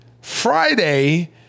friday